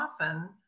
often